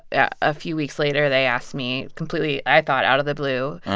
yeah a few weeks later, they asked me completely, i thought, out of the blue.